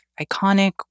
iconic